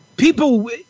People